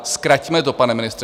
Zkraťme to, pane ministře.